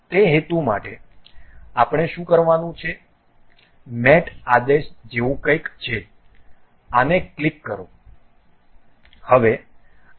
તે હેતુ માટે આપણે શું કરવાનું છે મેટ આદેશ જેવું કંઈક છે આને ક્લિક કરો